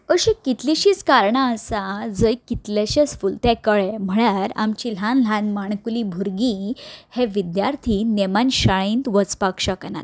अशीं कितलिंशींच कारणां आसा जंय कितलेशेच फुलते कळे म्हळ्यार आमची ल्हान ल्हान माणकुली भुरगीं हे विद्यार्थी नेमान शाळेंंत वचपाक शकनात